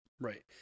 right